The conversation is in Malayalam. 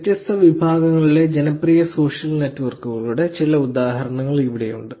വ്യത്യസ്ത വിഭാഗങ്ങളിലെ ജനപ്രിയ സോഷ്യൽ നെറ്റ്വർക്കുകളുടെ ചില ഉദാഹരണങ്ങൾ ഇവിടെയുണ്ട്